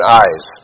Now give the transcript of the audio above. eyes